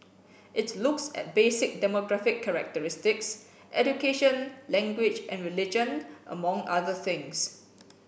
it looks at basic demographic characteristics education language and religion among other things